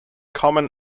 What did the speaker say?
common